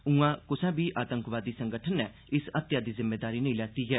ऊआं कुसा बी आतंकवादी संगठन नै इस हत्तेआ दी जिम्मेदारी नेईं लैती ऐ